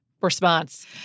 response